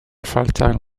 fatal